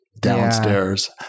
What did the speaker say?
downstairs